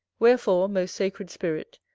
wherefore, most sacred spirit!